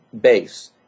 base